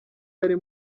yari